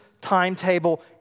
timetable